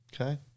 Okay